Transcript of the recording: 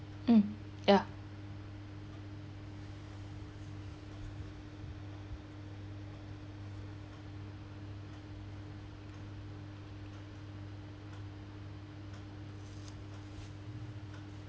mm ya